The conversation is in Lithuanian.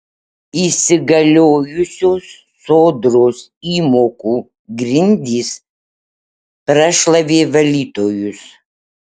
įsigaliojusios sodros įmokų grindys prašlavė valytojus